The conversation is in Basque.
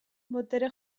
botere